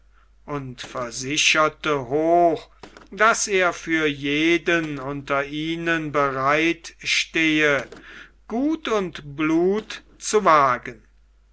und versicherte hoch daß er für jeden unter ihnen bereit stehe gut und blut zu wagen